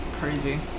Crazy